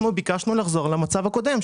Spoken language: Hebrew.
אנחנו ביקשנו לחזור למצב הקודם,